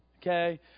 Okay